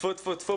כספים,